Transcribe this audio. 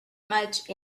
much